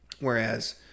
whereas